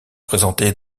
présentés